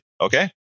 Okay